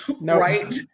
right